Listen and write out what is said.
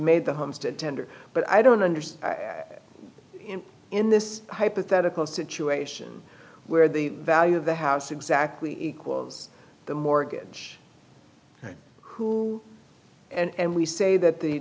made the homestead tender but i don't understand in this hypothetical situation where the value of the house exactly equals the mortgage who and we say that the